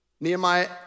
Nehemiah